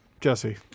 Jesse